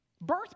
birth